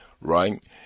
right